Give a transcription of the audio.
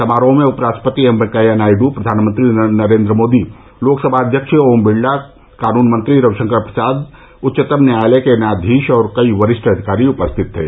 समारोह में उपराष्ट्रपति एम रेंकैया नायड प्रधानमंत्री नरेन्द्र मोदी लोकसभा अध्यक्ष ओम बिरला कानून मंत्री रविशंकर प्रसाद उच्चतम न्यायालय के न्यायाधीश और कई वरिष्ठ अधिकारी उपस्थित थे